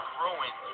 ruin